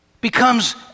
becomes